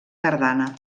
tardana